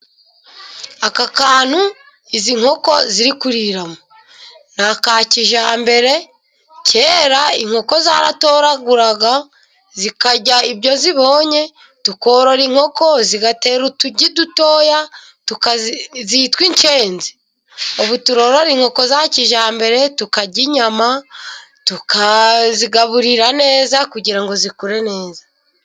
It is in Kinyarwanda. Aka kantu izi nkoko ziri kuriramo ni aka kijyambere, kera inkoko zaratoraguraga zikarya ibyo zibonye tukorora inkoko zigatera utugi dutoya zitwa inshenzi. Ubu turorora inkoko za kijyambere tukarya inyama, tukazigaburira neza kugira ngo zikure neza.